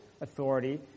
authority